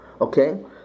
Okay